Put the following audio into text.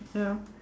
ya